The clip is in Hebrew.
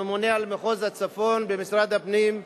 הממונה על מחוז הצפון במשרד הפנים,